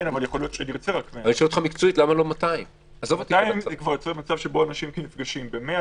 אני שואל אתכם מקצועית, זו לא שאלה משפטית, למה